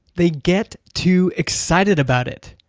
they get too excited about it!